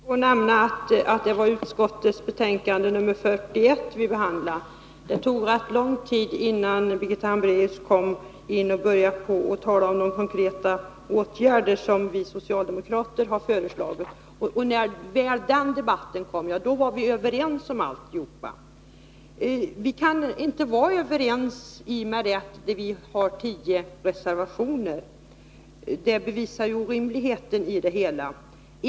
Herr talman! Birgitta Hambraeus nämnde inledningsvis att vi behandlar näringsutskottets betänkande 41. Det tog rätt lång tid innan Birgitta Hambraeus började tala om de konkreta åtgärder som vi socialdemokrater har föreslagit. När hon väl kom till det, menade hon att vi var överens om allt. Men vi kan inte vara överens, i och med att vi har skrivit tio reservationer. Det bevisar orimligheten i hennes påstående.